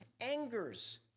angers